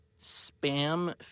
spam